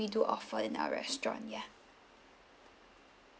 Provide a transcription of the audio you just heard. we do offer in our restaurants ya